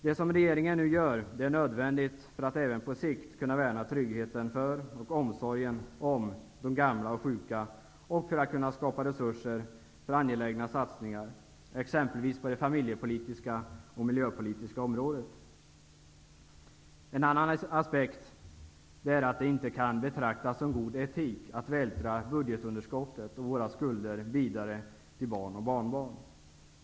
Det regeringen nu gör är nödvändigt för att på sikt kunna värna om tryggheten för och omsorgen om de gamla och sjuka och för att kunna skapa resurser för angelägna satsningar, exempelvis på det familjepolitiska och det miljöpolitiska området. En annan aspekt är att det inte kan betraktas som god etik att vältra budgetunderskottet och våra skulder vidare till barn och barnbarn.